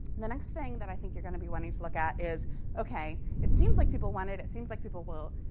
the next thing that i think you're going to be wanting to look at is ok, it seems like people wanted it. it seems like people will